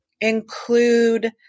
include